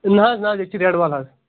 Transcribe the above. نہٕ حظ نہ ییٚتہِ رٮ۪ڈ ول حظ